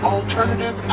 Alternative